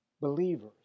believers